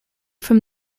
from